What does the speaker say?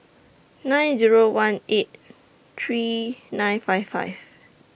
nine Zero one eight three nine five five